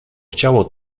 chciało